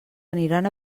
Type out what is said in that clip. aniran